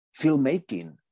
filmmaking